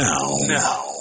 Now